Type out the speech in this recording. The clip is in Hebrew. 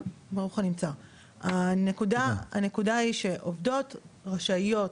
הנקודה היא שעובדות רשאיות